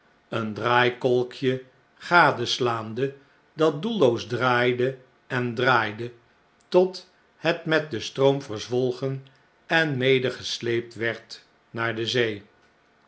een draaikolkje gadeslaande dat doelloos draaide en draaide tot het met den stroom verzwolgen en medegesleept werd naar de zee